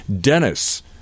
Dennis